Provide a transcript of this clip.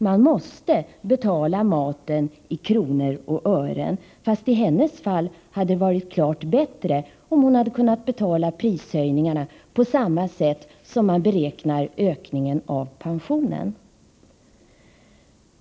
Man måste betala maten i kronor och ören, fast i hennes fall hade det varit klart bättre, om hon hade kunnat betala prishöjningarna på samma sätt som man beräknar ökningen av pensionen.